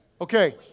okay